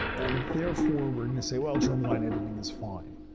and therefore, we're going to say, well, germline editing is fine.